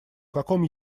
каком